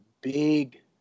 big